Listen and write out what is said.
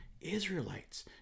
Israelites